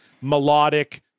melodic